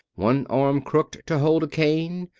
one arm crooked to hold a cane,